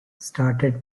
started